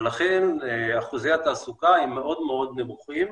ולכן אחוזי התעסוקה הם מאוד מאוד נמוכים.